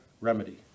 remedy